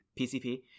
PCP